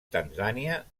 tanzània